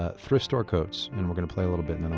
ah thrift store coats gonna play a little bit